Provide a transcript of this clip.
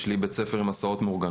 יש לי בית-ספר עם הסעות מאורגנות.